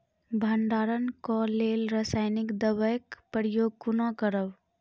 भंडारणक लेल रासायनिक दवेक प्रयोग कुना करव?